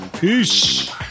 Peace